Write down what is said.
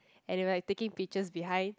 and they were like taking pictures behind